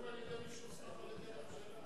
איפה כתוב "על-ידי מי שהוסמך על-ידי הממשלה"?